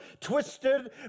twisted